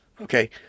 Okay